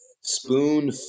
spoon